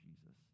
Jesus